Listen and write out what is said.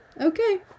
okay